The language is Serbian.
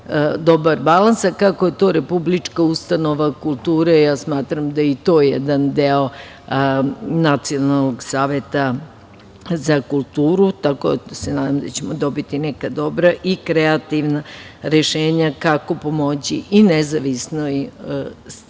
dobar balans, a kako je to republička ustanova kulture, ja smatram da je i to jedan deo Nacionalnog saveta za kulturu, tako da se nadam da ćemo dobiti neka dobra i kreativna rešenja kako pomoći nezavisnoj